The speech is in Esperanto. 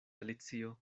alicio